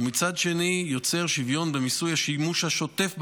ומצד שני יוצר שוויון במיסוי השימוש השוטף ברכב,